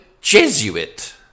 Jesuit